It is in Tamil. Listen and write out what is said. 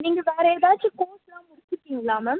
நீங்கள் வேறு ஏதாச்சும் கோர்ஸ்லாம் முடிச்சுருக்கீங்களா மேம்